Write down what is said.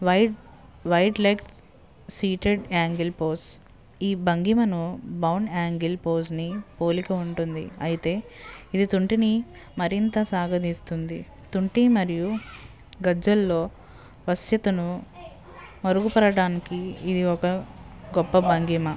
white wide legged seated angle pose ఈ భంగిమను bound angle పోజ్ని పోలిక ఉంటుంది అయితే ఇది తుంటిని మరింత సాగదీస్తుంది తుంటి మరియు గజ్జల్లో వశ్యతను మరుగు పడటానికి ఇది ఒక గొప్ప భంగిమ